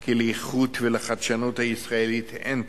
כי לאיכות ולחדשנות הישראלית אין תחליף.